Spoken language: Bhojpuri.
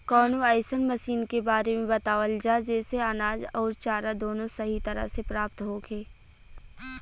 कवनो अइसन मशीन के बारे में बतावल जा जेसे अनाज अउर चारा दोनों सही तरह से प्राप्त होखे?